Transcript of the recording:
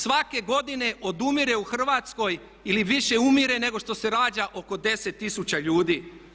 Svake godine odumire u Hrvatskoj ili više umire nego što se rađa oko 10 tisuća ljudi.